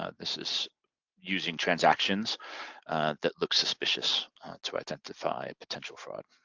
ah this is using transactions that look suspicious to identify potential fraud.